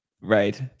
right